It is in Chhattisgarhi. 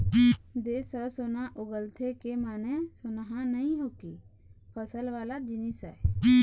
देस ह सोना उगलथे के माने सोनहा नइ होके फसल वाला जिनिस आय